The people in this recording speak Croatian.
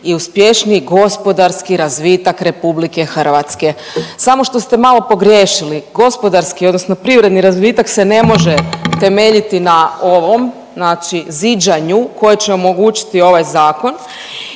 i uspješniji gospodarski razvitak RH. Samo što ste malo pogriješili, gospodarski odnosno privredni razvitak se ne može temeljiti na ovom znači zdiđanju koje će omogućiti ovaj zakon